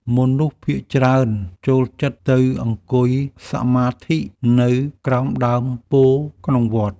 មនុស្សភាគច្រើនចូលចិត្តទៅអង្គុយសមាធិនៅក្រោមដើមពោធិ៍ក្នុងវត្ត។